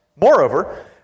Moreover